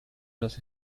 los